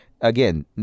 Again